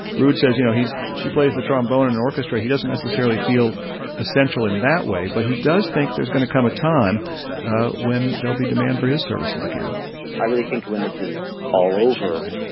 rood says, you know, he's he plays the trombone in an orchestra. he doesn't necessarily feel essential in that way, but he does think there's going to come a time when there'll be demand for his services again i really think when this is all over,